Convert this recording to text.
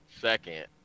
second